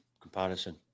comparison